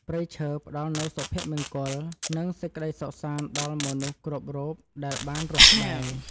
ព្រៃឈើផ្តល់នូវសុភមង្គល និងសេចក្តីសុខសាន្តដល់មនុស្សគ្រប់រូបដែលបានរស់ក្បែរ។